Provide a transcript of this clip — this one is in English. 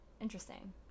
interesting